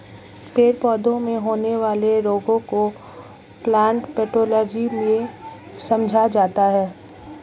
पेड़ पौधों में होने वाले रोगों को प्लांट पैथोलॉजी में समझा जाता है